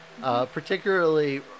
particularly